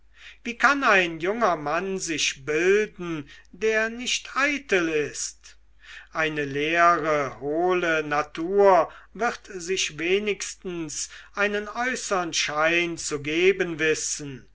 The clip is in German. wie kann ein junger mann sich bilden der nicht eitel ist eine leere hohle natur wird sich wenigstens einen äußern schein zu geben wissen